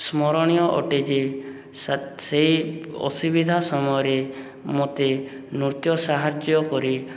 ସ୍ମରଣୀୟ ଅଟେ ଯେ ସେଇ ଅସୁବିଧା ସମୟରେ ମୋତେ ନୃତ୍ୟ ସାହାଯ୍ୟ କରି